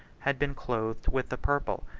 had been clothed with the purple,